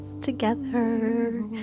together